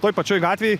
toj pačioj gatvėj